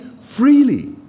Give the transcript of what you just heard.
freely